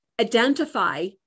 identify